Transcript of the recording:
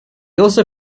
also